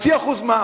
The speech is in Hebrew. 0.5% מע"מ.